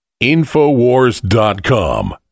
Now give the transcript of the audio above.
InfoWars.com